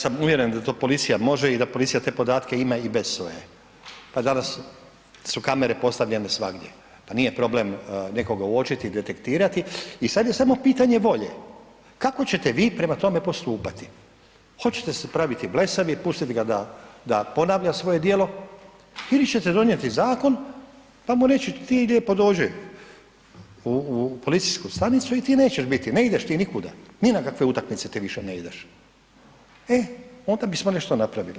Ja sam uvjeren da to policija može i da policija te podatke ima i bez SOA-e, pa danas su kamere postavljene svagdje, pa nije problem nekoga uočiti i detektirati i sad je samo pitanje volje, kako ćete vi prema tome postupati, hoćete se praviti blesavi i pustit ga da, da ponavlja svoje djelo ili ćete donijeti zakon pa mu reći ti lijepo dođi u, u policijsku stanicu i ti nećeš biti, ne ideš ti nikuda, ni na kakve utakmice ti više ne ideš, e onda bismo nešto napravili.